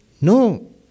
No